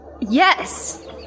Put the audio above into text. Yes